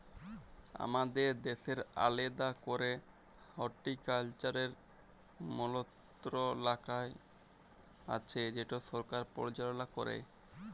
আমাদের দ্যাশের আলেদা ক্যরে হর্টিকালচারের মলত্রলালয় আছে যেট সরকার পরিচাললা ক্যরে